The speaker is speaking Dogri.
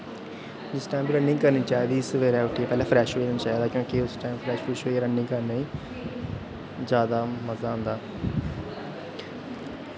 जिस टैम बी रनिंग करनी चाहिदी सवेरै उट्ठियै पैह्लें फ्रैश होना चाहिदा क्योंकि उस टैम फ्रैश फ्रुश होइयै रनिंग करने गी जैदा मजा आंदा